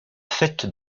fête